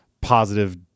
positive